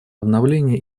обновления